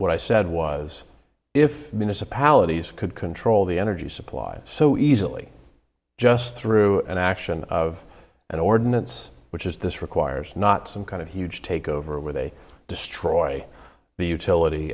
what i said was if minutes a palate he's could control the energy supply so easily just through an action of an ordinance which is this requires not some kind of huge takeover where they destroy the utility